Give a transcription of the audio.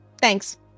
Thanks